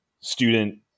Student